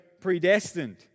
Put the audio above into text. predestined